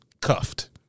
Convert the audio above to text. cuffed